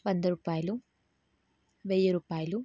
పద్దు రూపాయలు వెయ్యి రూపాయలు